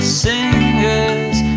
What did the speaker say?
singers